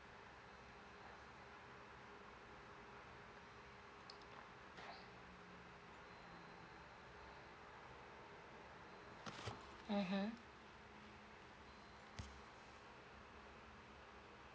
mmhmm